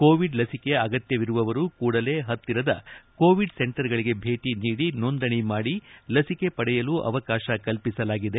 Covid ಲಸಿಕೆ ಅಗತ್ಯವಿರುವವರು ಕೂಡಲೇ ಹತ್ತಿರದ ಕೋವಿಡ್ ಸೆಂಟರ್ಗಳಗೆ ಭೇಟಿ ನೀಡಿ ನೋಂದಣಿ ಮಾಡಿ ಲಸಿಕೆ ಪಡೆಯಲು ಅವಕಾಶ ಕಲ್ಪಿಸಲಾಗಿದೆ